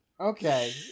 Okay